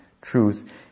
truth